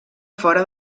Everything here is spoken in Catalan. fora